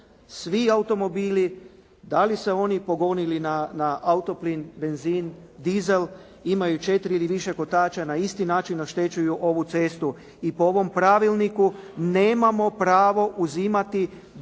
Svi automobili da li se oni punili na auto plin, benzin, dizel, imaju četiri ili više kotača, na isti način oštećuju ovu cestu i po ovom pravilniku nemamo pravo uzimati kroz